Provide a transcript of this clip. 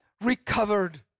recovered